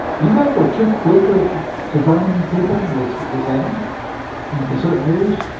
do you think we're too quickly confirming people is is happening in certain areas?